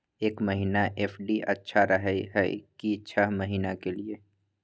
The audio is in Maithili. एक महीना एफ.डी अच्छा रहय हय की छः महीना के लिए?